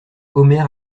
omer